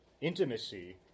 Intimacy